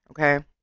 okay